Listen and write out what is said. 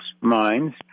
minds